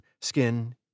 skin